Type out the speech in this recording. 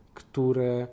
które